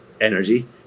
energy